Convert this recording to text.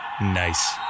Nice